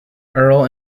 earl